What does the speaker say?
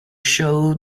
show